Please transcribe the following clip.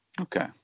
Okay